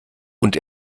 und